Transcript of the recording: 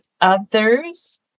others